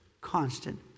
Constant